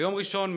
ביום ראשון,